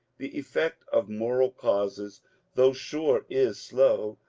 the effect of moral causes though sure is slow.